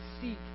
seek